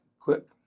Click